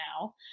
now